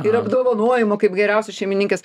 ir apdovanojimų kaip geriausios šeimininkės